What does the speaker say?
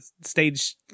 stage